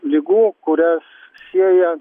ligų kurias sieja